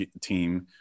team